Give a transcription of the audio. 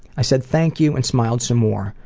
i said thank you and smiled some more,